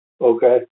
Okay